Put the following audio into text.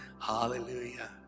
Hallelujah